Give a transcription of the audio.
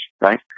right